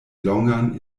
longan